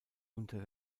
unter